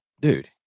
dude